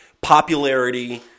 popularity